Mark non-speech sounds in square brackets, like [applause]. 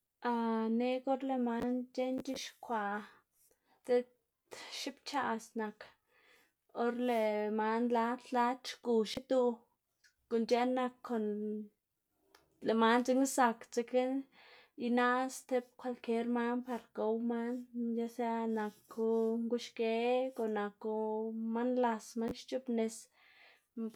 [hesitation] neꞌg or lëꞌ man c̲h̲eꞌn c̲h̲ixkwaꞌ diꞌt xipc̲h̲aꞌs nak or lëꞌ man lad lad xgu xiduꞌ, guꞌn c̲h̲eꞌn nak kon, lëꞌ man dzekna zak dzekna inaꞌs tib kwalkier man par gow man ya sea naku nguxgeg o naku man las, man xc̲h̲oꞌbnis,